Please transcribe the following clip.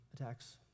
attacks